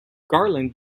garland